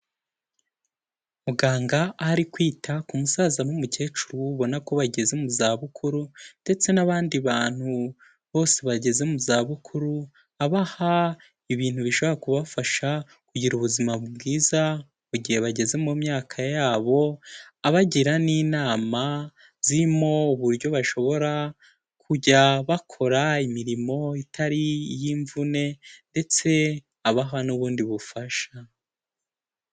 Muganga ari kwita ku musaza n'umukecuru ubona ko bageze mu zabukuru ndetse n'abandi bantu bose bageze mu zabukuru, abaha ibintu bishobora kubafasha kugira ubuzima bwiza, mu gihe bageze mu myaka yabo, abagira n'inama zirimo uburyo bashobora kujya bakora imirimo itari iy'imvune ndetse abaha n'ubundi bufasha.